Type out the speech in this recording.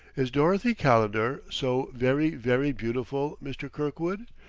is dorothy calendar so very, very beautiful, mr. kirkwood?